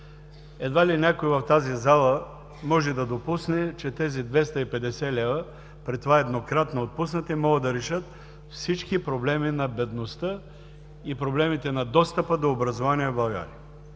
едва ли някой в тази зала може да допусне, че тези 250 лв., при това еднократно отпуснати, могат да решат всички проблеми на бедността и проблемите на достъпа до образование в България.